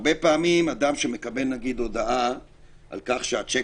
הרבה פעמים אדם שמקבל הודעה על כך שהשיק